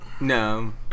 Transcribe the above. No